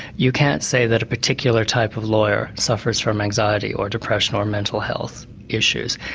you can't say that a particular type of lawyer suffers from anxiety or depression or mental health issues.